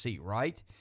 right